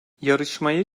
yarışmayı